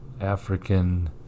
African